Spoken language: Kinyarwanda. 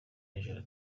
hejuru